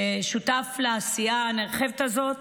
ששותף לעשייה הנרחבת הזאת